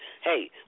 hey